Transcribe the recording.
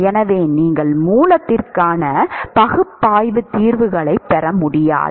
எனவே நீங்கள் மூலத்திற்கான பகுப்பாய்வு தீர்வுகளைப் பெற முடியாது